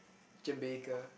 Jamaica